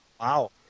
Wow